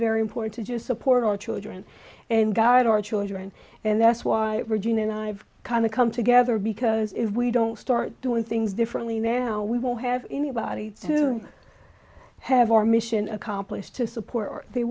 very important to support our children and guide our children and that's why we're doing and i've kind of come together because if we don't start doing things differently now we won't have anybody to have our mission accomplished to support or they